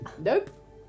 Nope